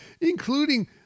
including